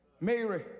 Mary